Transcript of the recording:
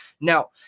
Now